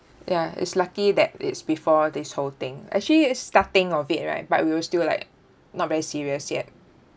ya it's lucky that it's before this whole thing actually it's starting of it right but we were still like not very serious yet